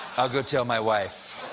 i'll go tell my wife.